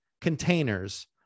containers